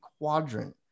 quadrant